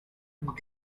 doll